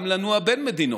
גם לנוע בין מדינות,